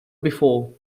before